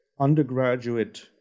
undergraduate